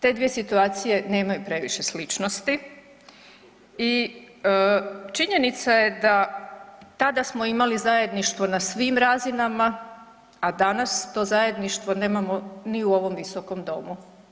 Te dvije situacije nemaju previše sličnosti i činjenica je da tada smo imali zajedništvo na svim razinama, a danas to zajedništvo nemamo ni u ovom Visokom domu.